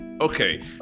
okay